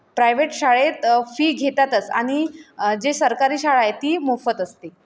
private शाळेत fee घेतातच आणि जे सरकारी शाळा आहे ती मोफत असते